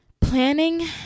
planning